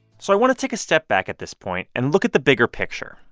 so i want to take a step back at this point and look at the bigger picture.